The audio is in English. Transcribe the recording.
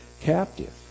captive